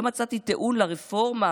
לא מצאתי תיעוד לרפורמה,